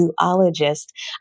zoologist